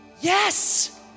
Yes